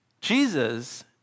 Jesus